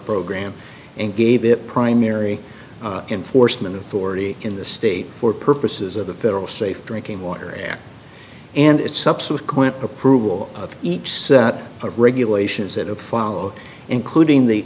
program and gave it primary enforcement authority in the state for purposes of the federal safe drinking water act and its subsequent approval of each set of regulations that a follow including the